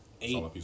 eight